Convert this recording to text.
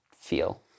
feel